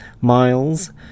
Miles